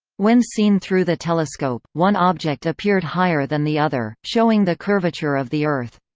when seen through the telescope, one object appeared higher than the other, showing the curvature of the earth.